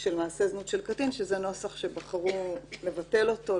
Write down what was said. של מעשה זנות של קטין" זה נוסח שבחרו לבטל אותו,